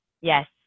Yes